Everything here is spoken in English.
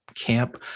camp